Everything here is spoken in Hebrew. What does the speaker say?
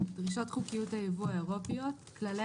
- כללי האסדרה כמפורט להלן: ""דרישות חוקיות היבוא האירופיות" - כללי